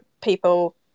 people